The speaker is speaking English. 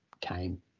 came